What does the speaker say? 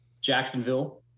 Jacksonville